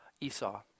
Esau